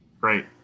Great